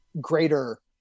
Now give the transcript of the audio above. greater